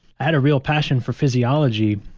i had a real passion for physiology,